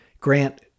Grant